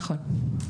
נכון.